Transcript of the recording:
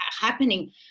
happening